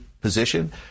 position